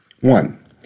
One